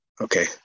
okay